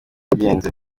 wagenze